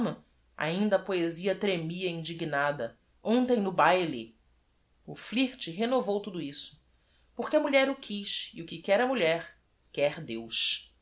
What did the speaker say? a ontem no baile flirt renovou tudo isso porque a mulher o quiz e o que quer a mulher quer eus